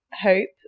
hope